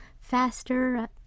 faster